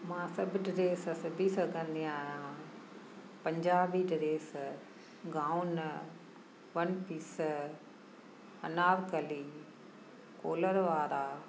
मां सभु ड्रेस सुबी सघंदी आहियां Punjabi dress gown one piece Anarkali collar वारा